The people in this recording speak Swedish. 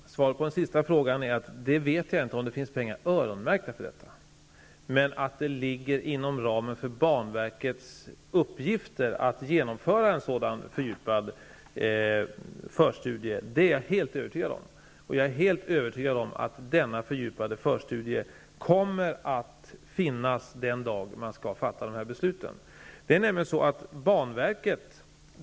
Herr talman! Svaret på den sista frågan är: Jag vet inte om det finns öronmärkta pengar. Men jag är helt övertygad om att det ligger inom ramen för banverkets uppgifter att genomföra en sådan fördjupad förstudie. Jag är även helt övertygad om att denna fördjupade förstudie kommer att finnas den dag besluten skall fattas.